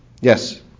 Yes